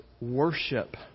worship